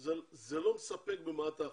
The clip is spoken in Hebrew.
זה לא מספק במאת האחוזים.